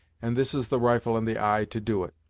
and this is the rifle and the eye to do it.